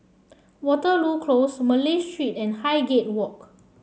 Waterloo Close Malay Street and Highgate Walk